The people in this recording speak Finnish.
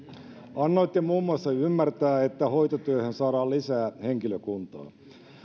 annoitte muun muassa ymmärtää että hoitotyöhön saadaan lisää henkilökuntaa